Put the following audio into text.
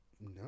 No